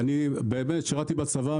שירתי בצבא,